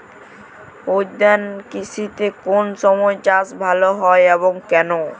উদ্যান কৃষিতে কোন সময় চাষ ভালো হয় এবং কেনো?